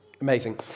Amazing